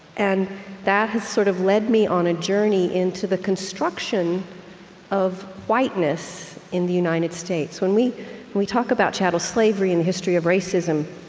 and that has sort of led me on a journey into the construction of whiteness in the united states. when we we talk about chattel slavery and the history of racism,